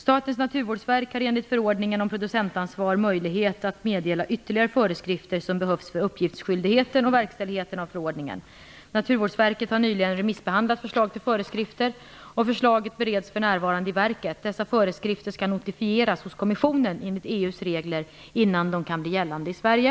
om producentansvar för förpackningar möjlighet att meddela ytterligare föreskrifter som behövs för uppgiftsskyldigheten och verkställigheten av förordningen. Naturvårdsverket har nyligen remissbehandlat förslag till föreskrifter, och förslaget bereds för närvarande i verket. Dessa föreskrifter skall notifieras hos kommissionen, enligt EU:s regler, innan de kan bli gällande i Sverige.